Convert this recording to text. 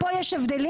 כאן יש הבדלים?